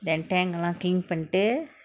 then tank lah clean பன்னிட்டு:pannitu